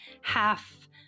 half